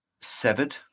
Severed